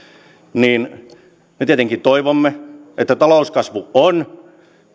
niin me tietenkin toivomme että talouskasvu on